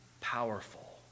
powerful